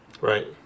Right